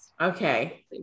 okay